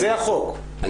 זה החוק.